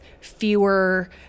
fewer